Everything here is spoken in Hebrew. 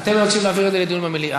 אתם מבקשים להעביר את זה לדיון במליאה.